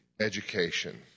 education